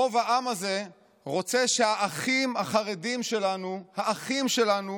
רוב העם הזה רוצה שהאחים החרדים שלנו, האחים שלנו,